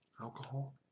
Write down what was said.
alcohol